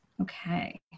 Okay